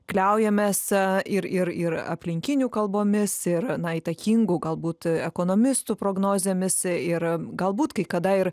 kliaujamės ir ir ir aplinkinių kalbomis ir na įtakingų galbūt ekonomistų prognozėmis ir galbūt kai kada ir